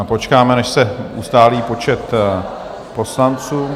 Počkáme, než se ustálí počet poslanců.